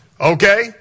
okay